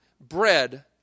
bread